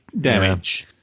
Damage